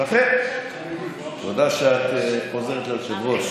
תודה שאת עוזרת ליושב-ראש.